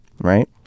right